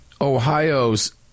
Ohio's